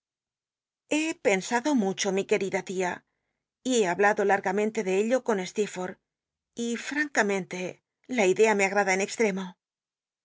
llc pensado mucho mi qucl'ida lía y he hablado largamente de ello con steci'foi'lh y rrancamente la idea me agmda en extremo